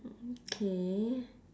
mm K